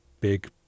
big